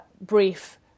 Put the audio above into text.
brief